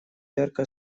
ярко